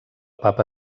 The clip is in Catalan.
papa